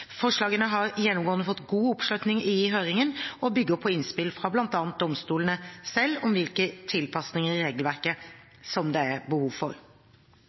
Forslagene har gjennomgående fått god oppslutning i høringen og bygger på innspill fra bl.a. domstolene selv om hvilke tilpasninger i regelverket som det er behov for.